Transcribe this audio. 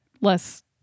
less